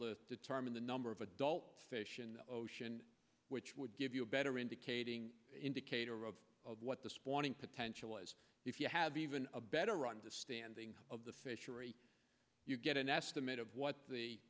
to determine the number of adult fish in the ocean which would give you a better indicating indicator of what the spawning potential as if you have even a better understanding of the fishery you get an estimate of what the